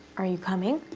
are you coming?